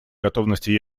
готовности